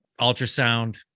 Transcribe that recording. ultrasound